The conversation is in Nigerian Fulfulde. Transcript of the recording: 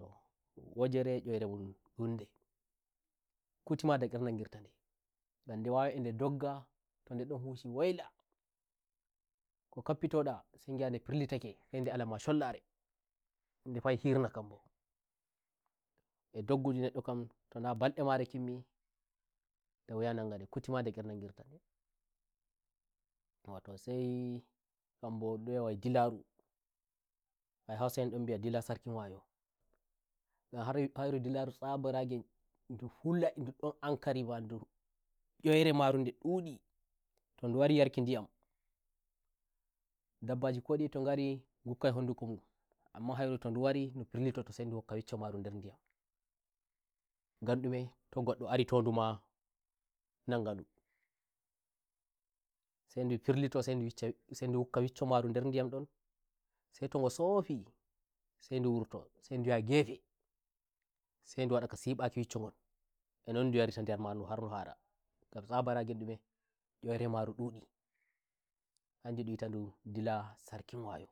to wajere e oyiremun huldekuti ma daker nangirta nde gam nde wawai a nde doggato nde don hushi woilako kappito da sai ngi'a nde firlitakesai gi'a nde alamma sollare nde fa'i hirna kamboA doggudu kamto na balde mare kimmida wuya nangirda ndekuti ma daker nangirta ndeyauwa to sai kadi wai dun don wi'a wai dilaruwai hausa en don bi'a wai dila sarkin wayohairu dilaru tsabaragen ndu hulai ndu don ankari wandu ndunoyire maru no dudito ndu wari yarki ndiyamdabbaji ko diye to ngari ngukkai hondukoamma hairu to ndu wari ndu firlitoto sai ndu wukka wicco Mary nder ndiyamgam ndumeto goddo arito nduma nanga ndusai ndu firlito ndu wukka wicco maru nder ndiyam ndonsai to ngo sofisai ndu wurtosai ndu yaha gefesai ndu wada ka sibaki wicco ngona non ndu yarirta ndiyam maru har ndu haragam tsabaragen ndumeoyire maru ndudihanjun ndun with ndum dila sarkin wayo